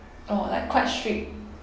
orh like quite strict